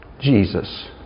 Jesus